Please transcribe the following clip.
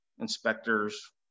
inspectors